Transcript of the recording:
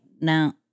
Now